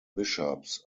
bishops